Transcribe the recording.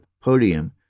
podium